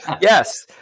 Yes